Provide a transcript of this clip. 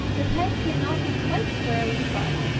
the pegs should not be quite square with the butt,